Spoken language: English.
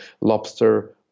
Lobster